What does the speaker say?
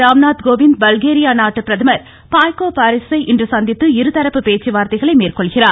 ராம்நாத் கோவிந்த் பல்கேரிய நாட்டு பிரதமர் பாய்கோ பாரிசவ் யை இன்று சந்தித்து இருதரப்பு பேச்சுவார்த்தைகளை மேற்கொள்கிறார்